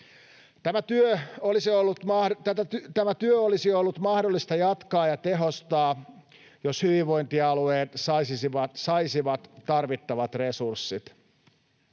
Tätä työtä olisi ollut mahdollista jatkaa ja tehostaa, jos hyvinvointialueet saisivat tarvittavat resurssit.